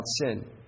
sin